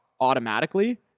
automatically